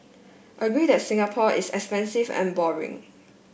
agree that Singapore is expensive and boring